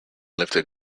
lifted